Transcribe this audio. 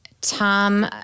Tom